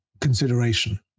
consideration